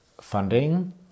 funding